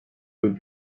will